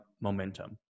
momentum